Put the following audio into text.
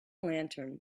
lantern